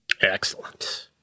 Excellent